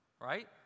right